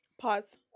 Pause